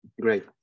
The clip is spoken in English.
Great